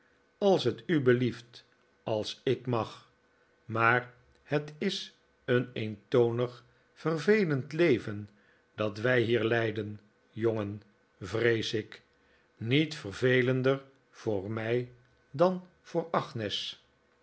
als het u belieft als ik mag maar het is een eentonig vervelend leven dat wij hier leiden jongen vrees ik niet vervelender voor mij dan voor agnes